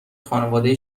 خانواده